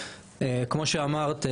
כמו שאמרת,